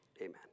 Amen